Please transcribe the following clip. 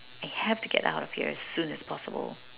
I have to get out of here as soon as possible